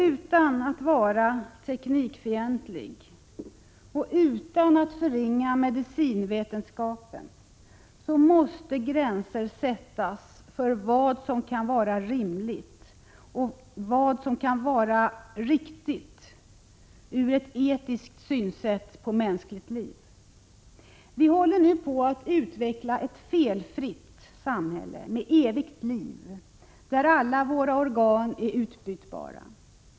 Utan att vara teknikfientlig och utan att förringa medicinvetenskapen måste man ändå sätta gränser för vad som kan vara rimligt och vad som kan vara riktigt utifrån ett etiskt synsätt på mänskligt liv. Vi håller nu på att utveckla ett felfritt samhälle med evigt liv, där alla våra organ är utbytbara.